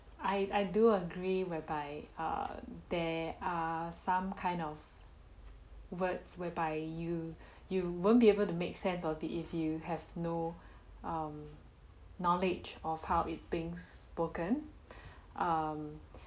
I I do agree whereby err there are some kind of words whereby you you won't be able to make sense of it if you have no um knowledge of how it's being spoken um